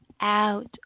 out